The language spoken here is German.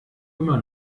immer